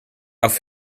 auf